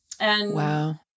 Wow